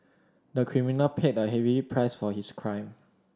the criminal paid a heavy price for his crime